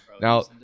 Now